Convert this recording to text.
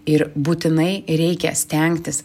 ir būtinai reikia stengtis